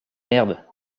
merde